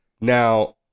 Now